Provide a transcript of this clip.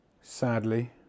Sadly